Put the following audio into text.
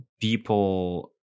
people